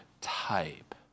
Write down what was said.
type